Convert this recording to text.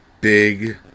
big